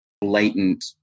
blatant